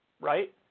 right